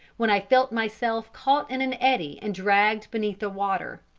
when i felt myself caught in an eddy and dragged beneath the water.